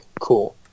cool